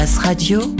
Radio